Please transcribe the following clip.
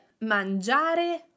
Mangiare